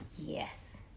yes